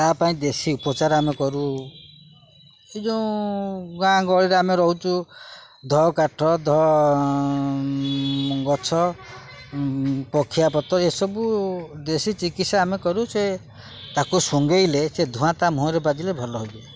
ତା ପାଇଁ ଦେଶୀ ଉପଚାର ଆମେ କରୁ ଏହି ଯେଉଁ ଗାଁ ଗହଳିରେ ଆମେ ରହୁଛୁ ଧ କାଠ ଧ ଗଛ ପକ୍ଷିଆପତ ଏସବୁ ଦେଶୀ ଚିକିତ୍ସା ଆମେ କରୁ ସେ ତା'କୁ ଶୁଙ୍ଘେଇଲେ ସେ ଧୂଆଁ ତା ମୁହଁରେ ବାଜିଲେ ଭଲ ହେଇଯାଏ